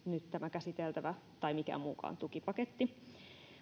nyt tämä käsiteltävä tai mikään muukaan tukipaketti